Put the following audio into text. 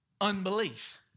unbelief